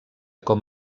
com